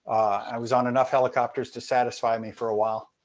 i was on enough helicopters to satisfy me for a while.